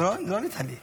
אבל לא ענית לי.